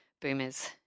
boomers